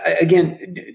again